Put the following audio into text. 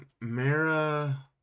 Mara